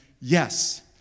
yes